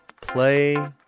Play